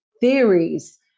theories